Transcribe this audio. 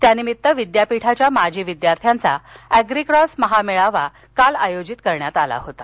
त्यानिमित्त विद्यापीठाच्या माजी विद्यार्थ्यांचा अँग्रीकॉस महामेळवा काल आयोजित करण्यात आला होता